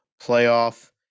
playoff